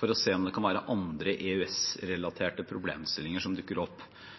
for å se om det kan være andre EØS-relaterte problemstillinger som dukker opp.